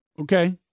Okay